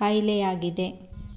ಕಾಯಿಲೆಯಾಗಿದೆ